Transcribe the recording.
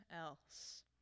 else